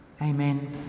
Amen